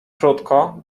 krótko